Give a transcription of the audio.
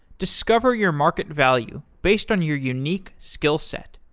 discover your market value based on your unique skill set.